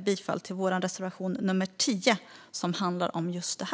bifall till vår reservation 10 som handlar om just detta.